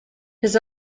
his